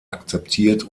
akzeptiert